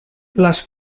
les